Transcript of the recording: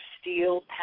Steel